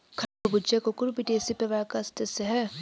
खरबूजा कुकुरबिटेसी परिवार का सदस्य होता है